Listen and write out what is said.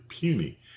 puny